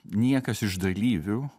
niekas iš dalyvių